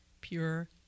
pure